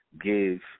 give